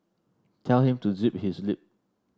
tell him to zip his lip